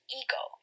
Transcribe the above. ego